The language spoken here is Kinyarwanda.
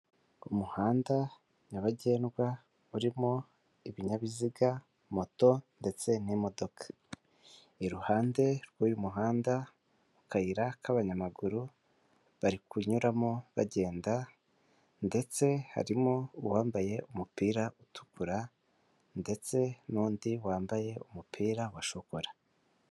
Umuhanda nyabagendwa urimo ibinyabiziga moto ndetse n'imodoka, iruhande rw'uyu muhanda mu kayira k'abanyamaguru bari kunyuramo bagenda ndetse harimo uwambaye umupira utukura ndetse n'undi wambaye umupira wa shokora.